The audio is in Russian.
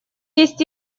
есть